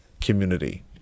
community